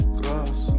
glass